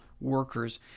workers